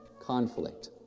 conflict